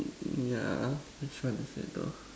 mm yeah which one is that though